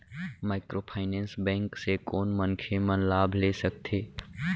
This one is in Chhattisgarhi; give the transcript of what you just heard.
माइक्रोफाइनेंस बैंक से कोन मनखे मन लाभ ले सकथे?